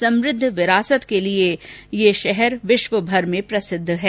समृद्ध विरासत के लिए ये विश्वभर में प्रसिद्ध है